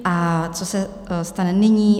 A co se stane nyní?